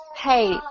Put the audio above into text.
Hey